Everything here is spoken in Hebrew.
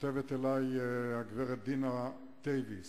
כותבת אלי הגברת דינה דייוויס: